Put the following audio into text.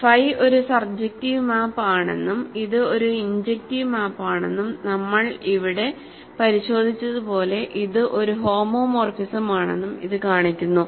phi ഒരു surjective map ആണെന്നും ഇത് ഒരു ഇൻജെക്റ്റീവ് മാപ്പ് ആണെന്നും നമ്മൾ ഇവിടെ പരിശോധിച്ചതുപോലെ ഇത് ഒരു ഹോമോമോർഫിസമാണെന്നും ഇത് കാണിക്കുന്നു